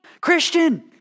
christian